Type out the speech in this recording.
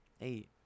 Eight